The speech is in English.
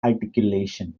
articulation